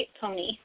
pony